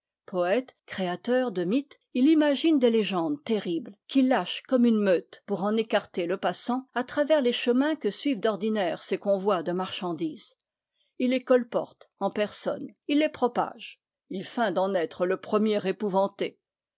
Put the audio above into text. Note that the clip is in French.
poète créateur de mythes il imagine des légendes terri bles qu'il lâche comme une meute pour en écarter le pas sant à travers les chemins que suivent d'ordinaire ses convois de marchandises il les colporte en personne il les propage il feint d'en être le premier épouvanté